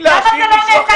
למה אתה לא אומר כבר